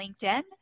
LinkedIn